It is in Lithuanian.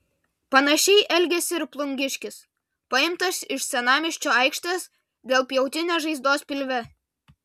panašiai elgėsi ir plungiškis paimtas iš senamiesčio aikštės dėl pjautinės žaizdos pilve